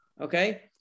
Okay